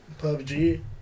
PUBG